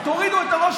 איך אתה עושה